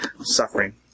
suffering